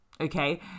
okay